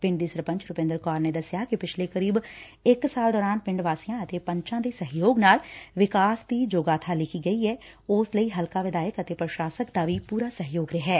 ਪਿੰਡ ਦੀ ਸਰਪੰਚ ਰੁਪਿੰਦਰ ਕੌਰ ਨੇ ਦੱਸਿਆ ਕਿ ਪਿਛਲੇ ਲਗਭਗ ਇਕ ਸਾਲ ਦੌਰਾਨ ਪਿੰਡ ਵਾਸੀਆਂ ਅਤੇ ਪੰਚਾਂ ਦੇ ਸਹਿਯੋਗ ਨਾਲ ਵਿਕਾਸ ਦੀ ਜੋ ਗਾਬਾ ਲਿਖੀ ਗਈ ਏ ਉਸ ਲਈ ਹਲਕਾ ਵਿਧਾਇਕ ਅਤੇ ਪੁਸ਼ਾਸਕ ਦਾ ਵੀ ਪੁਰਾ ਸਹਿਯੋਗ ਰਿਹੈ